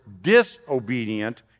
disobedient